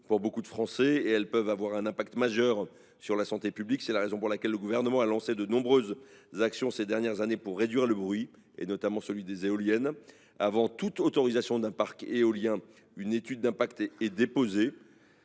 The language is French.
pour de nombreux Français et peuvent avoir un effet majeur sur la santé publique. C’est la raison pour laquelle le Gouvernement a lancé ces dernières années de nombreuses actions pour réduire le bruit, notamment celui des éoliennes. Avant toute autorisation d’un parc éolien, une étude d’impact est déposée,